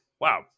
Wow